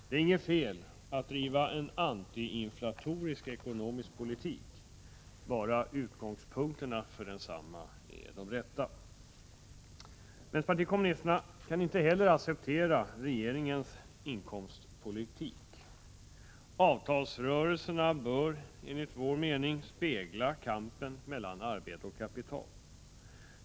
Det är inget fel i att driva en antiinflatorisk ekonomisk politik, bara utgångspunkterna för den är de rätta. Vänsterpartiet kommunisterna kan inte heller acceptera regeringens inkomstpolitik. Avtalsrörelserna bör enligt vår mening spegla kampen mellan arbete och kapital.